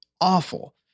awful